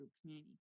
community